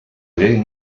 llei